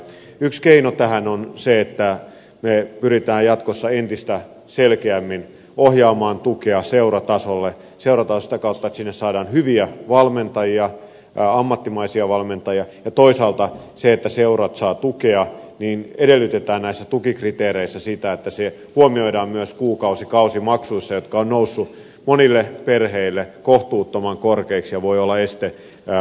yksi keino tähän on se että me pyrimme jatkossa entistä selkeämmin ohjaamaan tukea seuratasolle seurataan sitä kautta että sinne saadaan hyviä valmentajia ammattimaisia valmentajia ja toisaalta jos seurat saavat tukea niin edellytetään näissä tukikriteereissä sitä että se huomioidaan myös kuukausi ja kausimaksuissa jotka ovat nousseet monille perheille kohtuuttoman korkeiksi ja voivat olla este urheiluharrastukselle